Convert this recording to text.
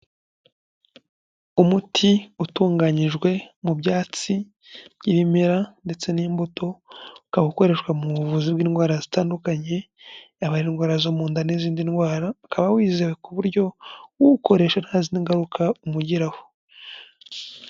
Umuti utunganyijwe mu byatsi ibimera ndetse n'imbuto ukaba ukoreshwa mu buvuzi bw'indwara zitandukanye yaba ari indwara zo mu nda n'izindi ndwara ukaba wizewe ku buryo uwukoresha ntazindi ngaruka umugiraho.